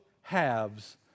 halves